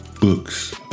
Books